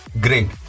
Great